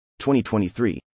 2023